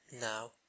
Now